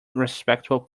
respectable